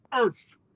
earth